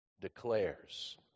declares